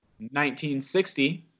1960